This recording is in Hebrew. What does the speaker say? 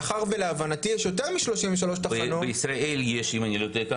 מאחר ולהבנתי יש יותר מ-33 תחנות --- בישראל יש אם אני לא טועה,